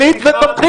אומרים.